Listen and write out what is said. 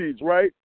right